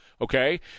okay